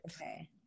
Okay